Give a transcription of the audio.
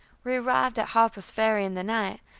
we arrived at harper's ferry in the night,